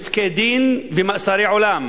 פסקי-דין ומאסרי עולם,